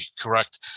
correct